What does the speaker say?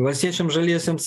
valstiečiams žaliesiems